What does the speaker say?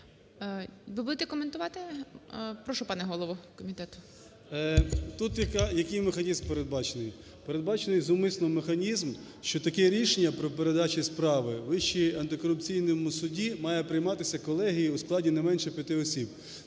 Ви будете коментувати? Прошу пане голово комітету. 13:09:12 КНЯЗЕВИЧ Р.П. Тут який механізм передбачений? Передбачено зумисно механізм, що таке рішення при передачі справи Вищому антикорупційному суді має прийматися колегією у складі не менше п'яти осіб,